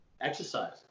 exercise